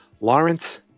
Lawrence